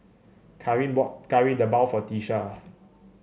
kareen bought Kari Debal for Tiesha